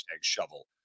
Shovel